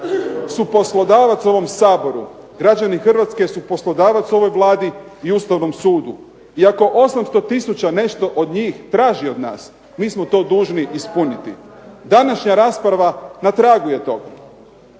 su poslodavac ovom Saboru, građani Hrvatske su poslodavac ovoj Vladi i Ustavnom sudu. I ako 800 tisuća nešto od njih traži od nas mi smo to dužni ispuniti. Današnja rasprava na tragu je toga.